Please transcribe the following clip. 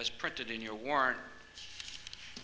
as printed in your warrant